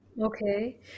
Okay